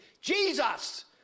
Jesus